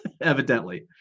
evidently